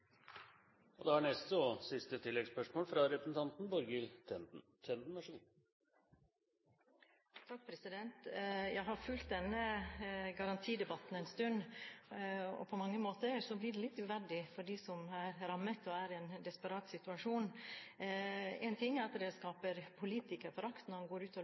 Borghild Tenden – til oppfølgingsspørsmål. Jeg har fulgt denne garantidebatten en stund. På mange måter blir det litt uverdig for dem som er rammet og er i en desperat situasjon. Én ting er at det skaper politikerforakt når man går ut